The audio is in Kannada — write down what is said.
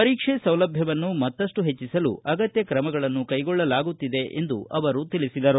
ಪರೀಕ್ಷೆ ಸೌಲಭ್ಯವನ್ನು ಮತ್ತಮ್ಟ ಹೆಚ್ಚಿಸಲು ಅಗತ್ಯ ಕ್ರಮಗಳನ್ನು ಕೈಗೊಳ್ಳಲಾಗುತ್ತಿದೆ ಎಂದು ಹೇಳಿದರು